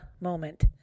moment